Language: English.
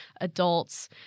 adults